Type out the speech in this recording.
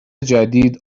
جدید